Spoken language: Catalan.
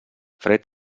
fred